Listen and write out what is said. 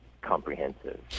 comprehensive